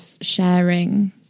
sharing